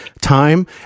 time